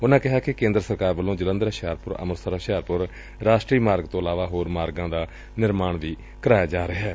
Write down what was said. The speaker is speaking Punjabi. ਉਨੂਾਂ ਕਿਹਾ ਕਿ ਕੇਂਦਰ ਸਰਕਾਰ ਵਲੋ ਜਲੰਧਰ ਹੁਸ਼ਿਆਰਪੁਰ ਅੰਮ੍ਰਿਤਸਰ ਹੁਸ਼ਿਆਰਪੁਰ ਰਾਸ਼ਟਰੀ ਮਾਰਗ ਤੋਂ ਇਲਾਵਾ ਹੋਰ ਮਾਰਗਾਂ ਦਾ ਨਿਰਮਾਣ ਵੀ ਕਰਵਾਇਆ ਜਾ ਰਿਹੈ